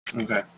Okay